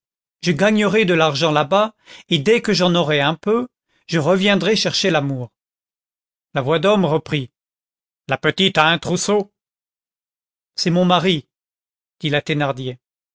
je gagnerai de l'argent là-bas et dès que j'en aurai un peu je reviendrai chercher l'amour la voix d'homme reprit la petite a un trousseau c'est mon mari dit la